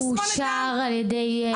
להלן תרגומם: זה אושר על ידי משרד החינוך.)